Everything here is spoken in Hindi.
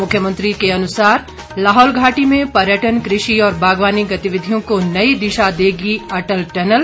मुख्यमंत्री के अनुसार लाहौल घाटी में पर्यटन कृषि और बागवानी गतिविधियों को नई दिशा देगी अटल टनल